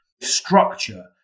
Structure